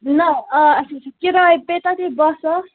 نہٕ آ اَسہِ نِش چھُ کِرایہِ پیٚیہِ تتھ ییٚتہِ باہ ساس